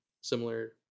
similar